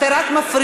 אתם רק מפריעים,